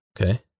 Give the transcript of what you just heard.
okay